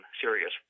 serious